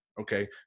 okay